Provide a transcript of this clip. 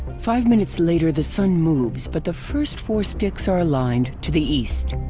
five minutes later, the sun moves but the first four sticks are aligned to the east.